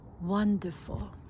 wonderful